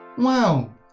Wow